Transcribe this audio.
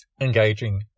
Engaging